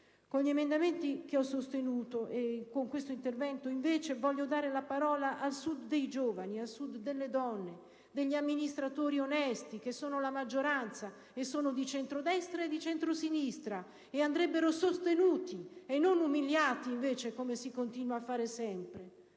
Con gli emendamenti che ho sostenuto e con questo intervento voglio invece dare la parola al Sud dei giovani, delle donne, degli amministratori onesti (che sono la maggioranza e sono di centrodestra e di centrosinistra e andrebbero sostenuti e non umiliati invece come si continua a fare in